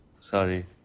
Sorry